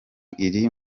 iri